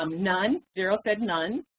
um none, zero said none.